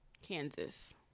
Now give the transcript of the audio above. Kansas